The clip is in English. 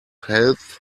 health